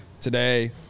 today